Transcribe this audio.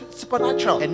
supernatural